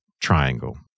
triangle